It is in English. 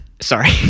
sorry